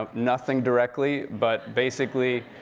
um nothing directly, but basically,